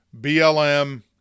BLM